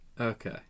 Okay